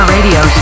Radio